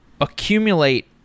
accumulate